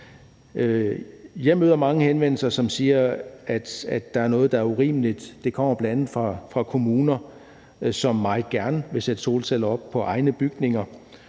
Jeg får mange henvendelser om, at der er noget, der er urimeligt. De kommer bl.a. fra kommuner, som meget gerne vil sætte solceller op på egne bygninger.